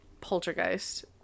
poltergeist